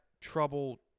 trouble